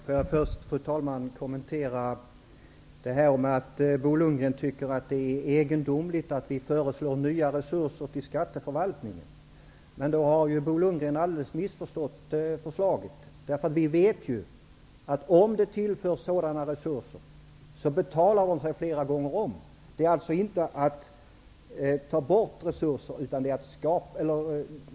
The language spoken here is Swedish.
Fru talman! Bo Lundgren tycker att det är egendomligt att vi föreslår nya resurser till skatteförvaltningen, men Bo Lundgren har tydligen missförstått förslaget alldeles. Vi vet att det betalar sig flera gånger om, om sådana resurser tillförs.